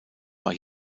war